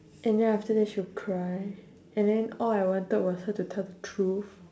and then after that she will cry and then all I wanted was her to tell the truth